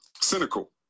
cynical